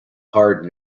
hard